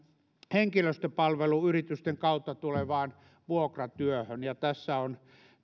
henkilöstöpalveluyritysten kautta tulevaan vuokratyöhön ja tässä on